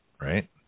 right